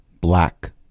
black